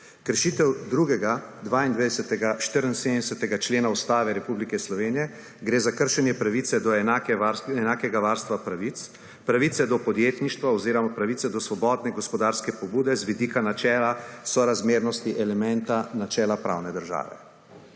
kršitev 2., 22., 74. člena Ustave Republike Slovenije, gre za kršenje pravice do enakega varstva pravic, pravice do podjetništva oziroma pravice do svobodne gospodarske pobude z vidika načela sorazmernosti elementa načela pravne države.